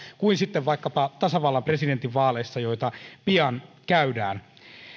kuin vaikkapa tasavallan presidentin vaaleissa joita pian käydään